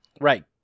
Right